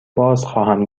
بازخواهم